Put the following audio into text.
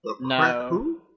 No